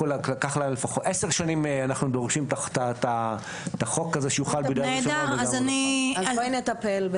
עשר שנים אנחנו דורשים את החוק הזה --- אז בואי ונטפל.